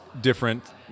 different